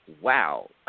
Wow